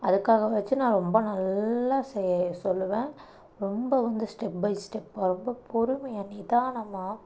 அதுக்காகவாச்சும் நான் ரொம்ப நல்லா சே சொல்லுவேன் ரொம்ப வந்து ஸ்டெப் பை ஸ்டெப்பாக ரொம்ப பொறுமையாக நிதானமாக